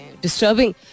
disturbing